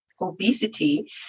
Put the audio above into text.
obesity